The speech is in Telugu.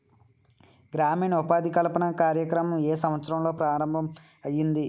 గ్రామీణ ఉపాధి కల్పన కార్యక్రమం ఏ సంవత్సరంలో ప్రారంభం ఐయ్యింది?